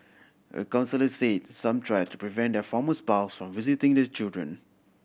a counsellor said some try to prevent their former spouse from visiting the children